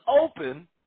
open